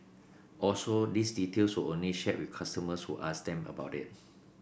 also these details only shared with customers who asked them about it